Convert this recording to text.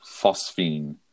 phosphine